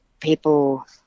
people